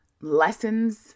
lessons